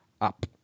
up